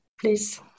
please